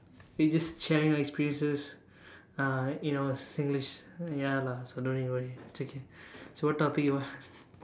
we just sharing our experiences uh you know in Singlish ya lah so don't need worry it's okay so what topic you want